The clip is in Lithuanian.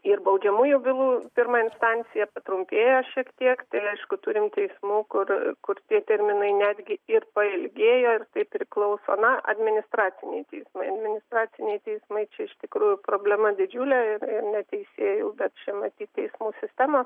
ir baudžiamųjų bylų pirma instancija patrumpėja šiek tiek tai aišku turim teismų kur kur tie terminai netgi ir pailgėjo ir tai priklauso na administraciniai teismai administraciniai teismai čia iš tikrųjų problema didžiulė ir ne teisėjų bet čia matyt teismų sistemos